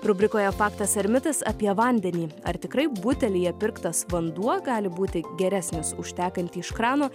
rubrikoje faktas ar mitas apie vandenį ar tikrai butelyje pirktas vanduo gali būti geresnis už tekantį iš krano